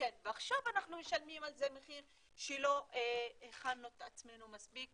עכשיו אנחנו משלמים על זה מחיר שלא הכנו את עצמנו מספיק,